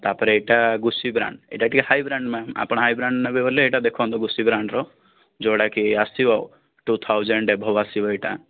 ତାପରେ ଏଇଟା Gucci brand ଏଇଟା ଟିକେ ହାଇ ବ୍ରାଣ୍ଡ ମ୍ୟାମ୍ ଆପଣ ହାଇ ବ୍ରାଣ୍ଡ ନେବେ ବୋଇଲେ ଏଇଟା ଦେଖନ୍ତୁ ଗୁଚି ବ୍ରାଣ୍ଡର ଯେଉଁଟାକି ଆସିବ ଟୁ ଥାଉଜେଣ୍ଡ ଏବଭ୍ ଆସିବ ଏଇଟା